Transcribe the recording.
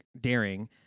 daring